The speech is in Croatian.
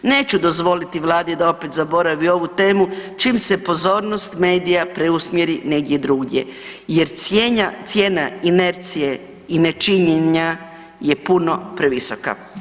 Neću dozvoliti vladi da opet zaboravi ovu temu čim se pozornost medija preusmjeri negdje drugdje jer cijena inercije i nečinjenja je puno previsoka.